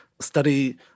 study